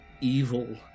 evil